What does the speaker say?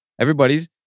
Everybody's